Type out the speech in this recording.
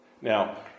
Now